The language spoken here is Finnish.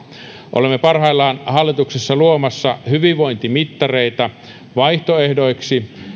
olemme parhaillaan hallituksessa luomassa hyvinvointimittareita vaihtoehdoiksi